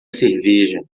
cerveja